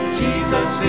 jesus